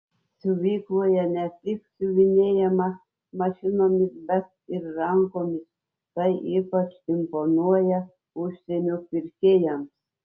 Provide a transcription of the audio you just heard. siuvykloje ne tik siuvinėjama mašinomis bet ir rankomis tai ypač imponuoja užsienio pirkėjams